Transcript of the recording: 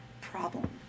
problem